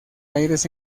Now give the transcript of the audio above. aires